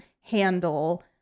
handle